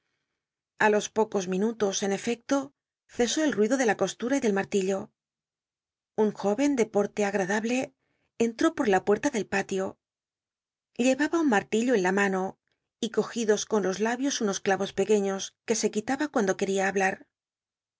a los pocos minutos en efecto cesó el ruido de la costura y del marlillo un jóadablc entró por la puerta del pavcn de porte agp tio llcnba un martillo en la mano y cogidos con los labios unos clavos pcqucíios que se quitaba cuando quel'ia hablar